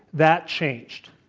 that changed.